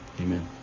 Amen